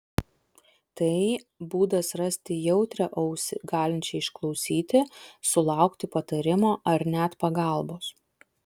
tai būdas rasti jautrią ausį galinčią išklausyti sulaukti patarimo ar net pagalbos